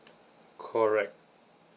correct